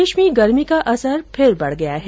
प्रदेश में गर्मी का असर फिर बढ़ गया है